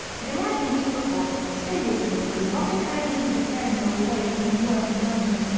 had arrived a week before, to stay with them for as long a time as he could tear himself away from his work in london.